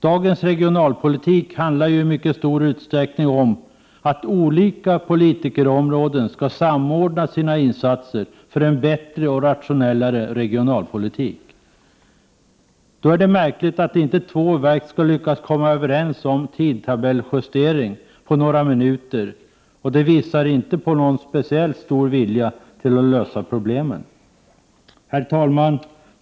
Dagens regionalpolitik handlar i mycket stor utsträckning om att olika politikerområden skall samordna sina insatser för en bättre och rationellare regionalpolitik. Då är det märkligt att inte två verk skall lyckas komma överens om en tidtabellsjustering på några minuter. Det visar inte på någon speciellt stor vilja att lösa problemen. Herr talman!